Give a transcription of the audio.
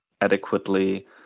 adequately